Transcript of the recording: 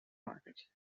market